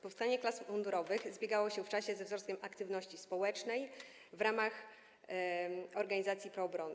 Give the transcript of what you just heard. Powstanie klas mundurowych zbiegało się w czasie ze wzrostem aktywności społecznej w ramach organizacji proobronnych.